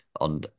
on